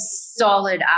solid